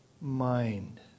mind